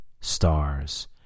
stars